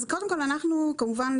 כמובן,